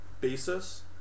basis